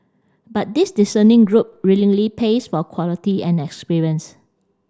but this discerning group willingly pays for quality and experience